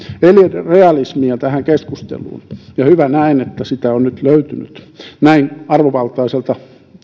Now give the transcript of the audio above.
eli realismia tähän keskusteluun ja hyvä näin että sitä on nyt löytynyt näin arvovaltaiselta